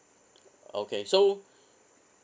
okay so